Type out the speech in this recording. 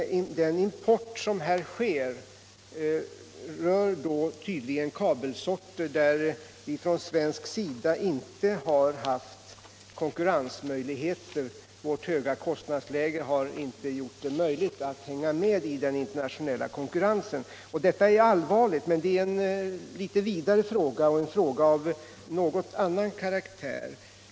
Importen gäller tydligen kabelsorter där vi på grund av vårt höga kost nadsläge inte har kunnat hänga med i den internationella konkurrensen. Detta är allvarligt, men det är en litet större fråga som har en något annan karaktär.